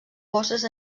bosses